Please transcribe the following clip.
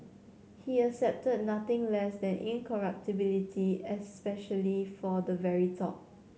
he accepted nothing less than incorruptibility especially for the very top